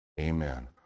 Amen